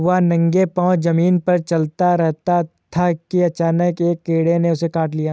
वह नंगे पांव जमीन पर चल रहा था कि अचानक एक कीड़े ने उसे काट लिया